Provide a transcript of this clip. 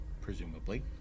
Presumably